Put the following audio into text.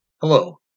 Hello